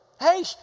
hey